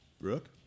Brooke